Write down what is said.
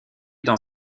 dans